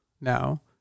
Now